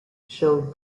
showed